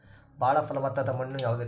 ಬಾಳ ಫಲವತ್ತಾದ ಮಣ್ಣು ಯಾವುದರಿ?